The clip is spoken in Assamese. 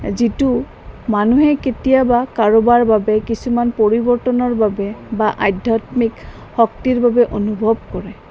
যিটো মানুহে কেতিয়াবা কাৰোবাৰ বাবে কিছুমান পৰিৱৰ্তনৰ বাবে বা আধ্যাত্মিক শক্তিৰ বাবে অনুভৱ কৰে